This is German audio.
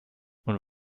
und